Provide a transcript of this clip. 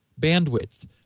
bandwidth